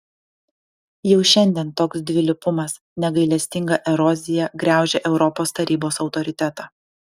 jau šiandien toks dvilypumas negailestinga erozija graužia europos tarybos autoritetą